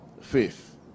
Faith